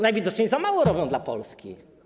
Najwidoczniej za mało robią dla Polski.